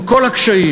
עם כל הקשיים,